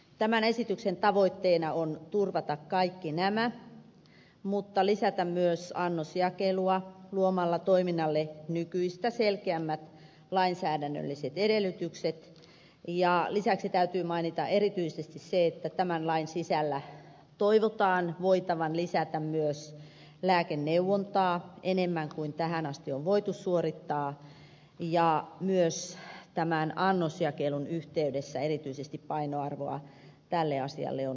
tämän esityksen tavoitteena on turvata kaikki nämä mutta lisätä myös annosjakelua luomalla toiminnalle nykyistä selkeämmät lainsäädännölliset edellytykset ja lisäksi täytyy mainita erityisesti se että tämän lain sisällä toivotaan voitavan lisätä myös lääkeneuvontaa enemmän kuin tähän asti on voitu suorittaa ja myös tämän annosjakelun yhteydessä erityisesti painoarvoa tälle asialle on laitettava